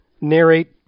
narrate